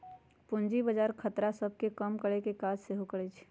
पूजी बजार खतरा सभ के कम करेकेँ काज सेहो करइ छइ